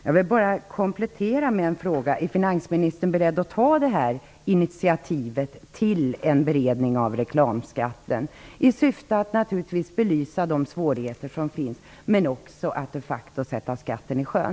Jag vill bara komplettera med en fråga: Är finansministern beredd att ta ett initiativ till en breddning av reklamskatten i syfte att naturligtvis belysa de svårigheter som finns men också de facto sätta skatten i sjön?